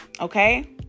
Okay